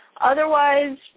Otherwise